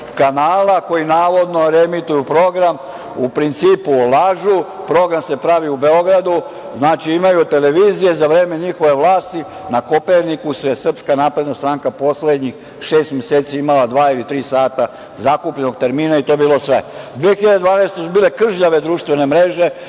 kanala koji, navodno, reemituju program, u principu lažu, program se pravi u Beogradu. Znači, imaju televizije. Za vreme njihove vlasti na „Kopernikusu“ je Srpska napredna stranka poslednjih šest meseci imala dva ili tri sata zakupljenog termina, i to je bilo sve. Godine 2012. su bile kržljave društvene mreže,